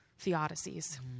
theodicies